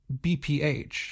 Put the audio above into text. BPH